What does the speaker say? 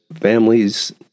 families